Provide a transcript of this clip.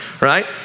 right